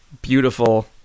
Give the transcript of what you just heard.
beautiful